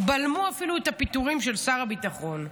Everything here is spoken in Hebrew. בלמו אפילו את הפיטורים של שר הביטחון.